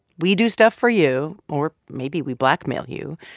we do stuff for you or maybe we blackmail you.